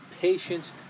patience